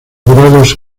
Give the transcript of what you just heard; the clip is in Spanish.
grados